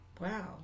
wow